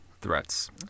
threats